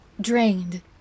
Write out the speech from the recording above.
drained